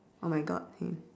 oh my god